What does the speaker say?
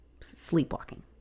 sleepwalking